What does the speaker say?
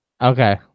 Okay